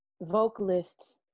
vocalists